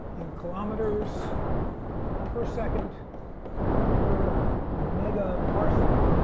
in kilometers per second per megaparsec.